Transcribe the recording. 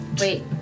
Wait